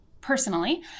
personally